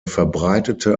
verbreitete